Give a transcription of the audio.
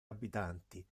abitanti